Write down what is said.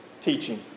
teaching